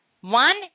One